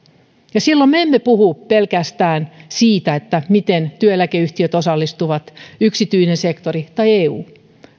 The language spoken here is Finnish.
ja silloin me emme puhu pelkästään siitä miten työeläkeyhtiöt yksityinen sektori tai eu